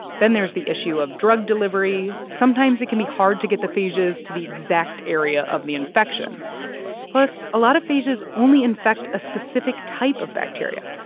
then there's the issue of drug delivery. sometimes, it can be hard to get the phages to the exact area of the infection plus, a lot of phages only infect a specific type of bacteria,